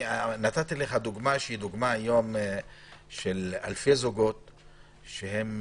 נתתי לך דוגמה של אלפי זוגות שנשואים,